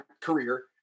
career